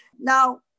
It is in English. Now